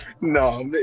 No